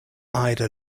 ida